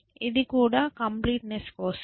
ఇది కూడా completeness కోసమే